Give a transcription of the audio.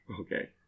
Okay